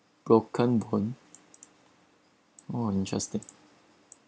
broken bone oh interesting